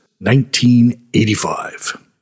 1985